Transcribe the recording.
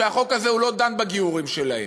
החוק הזה לא דן בגיורים שלהם,